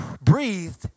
breathed